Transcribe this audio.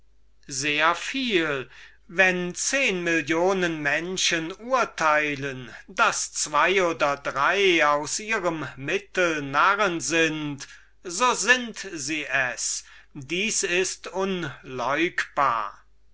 sehr viel wenn zehen millionen menschen urteilen daß zween oder drei aus ihrem mittel narren sind so sind sie es das ist unleugbar